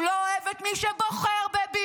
הוא לא אוהב את מי שבוחר בביבי.